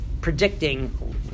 predicting